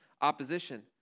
opposition